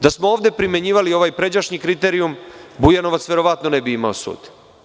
Da smo ovde primenjivali ovaj pređašnji kriterijum, Bujanovac verovatno ne bi imao sud.